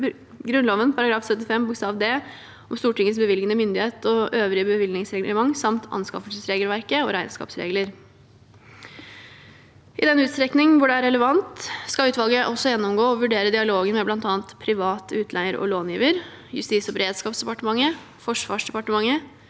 Grunnloven § 75 bokstav d om Stortingets bevilgende myndighet og øvrig bevilgningsreglementet samt anskaffelsesregelverket og regnskapsregler. I den utstrekning det er relevant, skal utvalget også gjennomgå og vurdere dialogen med bl.a. privat utleier og långiver, Justis- og beredskapsdepartementet, Forsvarsdepartementet,